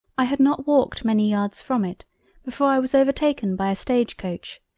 i had not walked many yards from it before i was overtaken by a stage-coach,